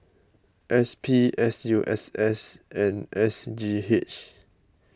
S P S U S S and S G H